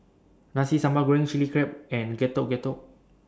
Nasi Sambal Goreng Chili Crab and Getuk Getuk